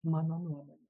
mano nuomone